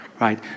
right